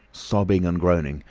sobbing and groaning,